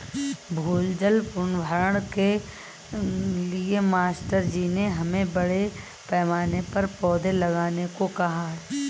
भूजल पुनर्भरण के लिए मास्टर जी ने हमें बड़े पैमाने पर पौधे लगाने को कहा है